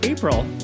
April